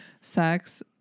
sex